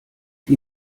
die